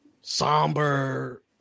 somber